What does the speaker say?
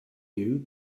you